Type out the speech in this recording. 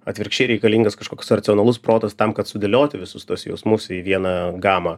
atvirkščiai reikalingas kažkoks racionalus protas tam kad sudėlioti visus tuos jausmus į vieną gamą